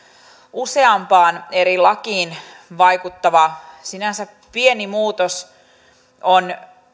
useampaan eri lakiin vaikuttava sinänsä pieni muutos on kuitenkin